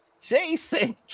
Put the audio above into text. Jason